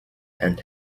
and